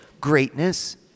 Greatness